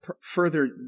further